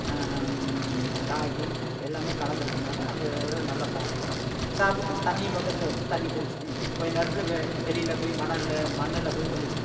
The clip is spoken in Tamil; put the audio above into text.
ராகி எல்லாமே கலந்து இருக்கனால் அந்த இது நல்லா சாப்பிடும் சாப்பிட்டு தண்ணியும் பக்கத்தில் வச்சால் தண்ணிக் குடித்துட்டு கொஞ்ச நேரத்தில் வெ வெளியில் போய் மணலில் மண்ணில் போய் கொஞ்சம்